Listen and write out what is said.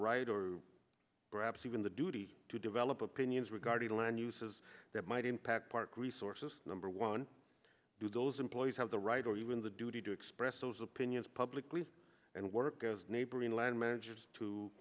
right or perhaps even the duty to develop opinions regarding the land uses that might impact park resources number one do those employees have the right or even the duty to express those opinions publicly and work as neighboring land managers to